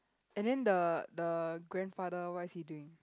and then the the grandfather what is he doing